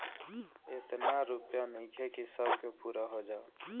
एतना रूपया नइखे कि सब के पूरा हो जाओ